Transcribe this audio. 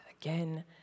again